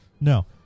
No